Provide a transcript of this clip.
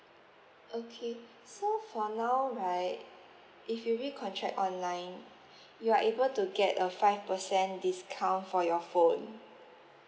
okay so for now right if you recontract online you are able to get a five percent discount for your phone